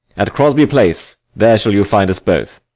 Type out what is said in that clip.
at crosby place, there shall you find us both.